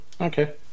okay